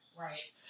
Right